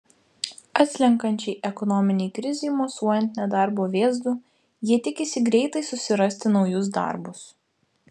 atslenkančiai ekonominei krizei mosuojant nedarbo vėzdu jie tikisi greitai susirasti naujus darbus